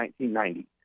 1990